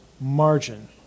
margin